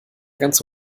ganz